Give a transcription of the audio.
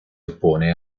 oppone